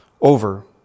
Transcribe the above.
over